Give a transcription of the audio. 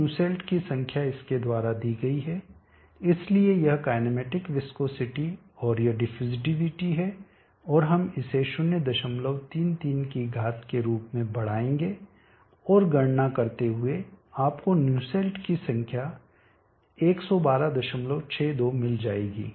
तो न्यूसेल्ट की संख्या इसके द्वारा दी गई है इसलिए यह काईनैमेटिक विस्कोसिटी और यह डिफ्यूजिविटी है और हम इसे 033 की घात के रूप में बढ़ाएंगे और गणना करते हुए आपको न्यूसेल्ट की संख्या 11262 मिल जाएगी